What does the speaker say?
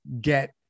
get